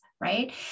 right